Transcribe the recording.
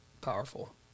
powerful